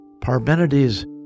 Parmenides